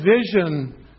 vision